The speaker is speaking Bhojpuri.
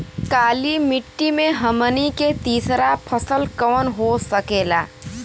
काली मिट्टी में हमनी के तीसरा फसल कवन हो सकेला?